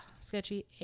Sketchy